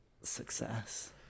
success